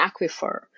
aquifer